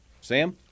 Sam